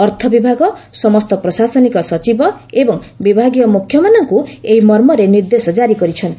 ଅର୍ଥ ବିଭାଗ ସମସ୍ତ ପ୍ରଶାସନିକ ସଚିବ ଏବଂ ବିଭାଗୀୟ ମୁଖ୍ୟମାନଙ୍କୁ ଏହି ମର୍ମରେ ନିର୍ଦ୍ଦେଶ ଜାରି କରିଛନ୍ତି